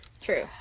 True